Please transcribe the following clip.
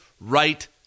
right